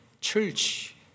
church